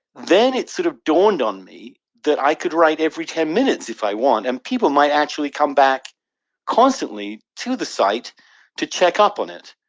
then it sort of dawned on me that i could write every ten minutes if i want. and people might actually come back constantly to the site to check up on it.